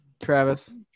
Travis